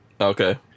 okay